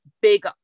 big